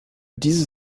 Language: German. diese